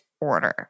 order